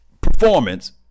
performance